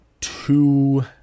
two